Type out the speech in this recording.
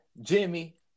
Jimmy